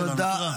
תודה.